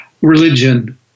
religion